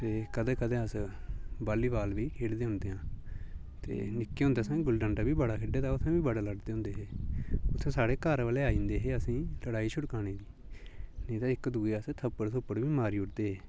ते कदें कदें अस वाली बाल बी खेढदे होंदे आं ते निक्के होंदे असें गुल्ली डंडा बी बड़ा खेढे दा उत्थें बी लड़दे होंदे हे उत्थें साढ़े घर वाले आई जंदे हे असेंगी लड़ाई छड़काने गी नेईं तै इक दुए गी अस थप्पड़ थुप्पड़ बी मारी उड़दे हे